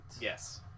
Yes